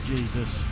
Jesus